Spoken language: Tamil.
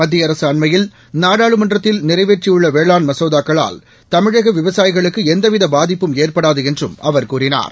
மத்திய அரசு அண்மையில் நாடாளுமன்றத்தில் நிறைவேற்றியுள்ள வேளாண் மசோதாக்களால் தமிழக விவசாயிகளுக்கு எந்தவித பாதிப்பும் ஏற்படாது என்றும் அவர் கூறினார்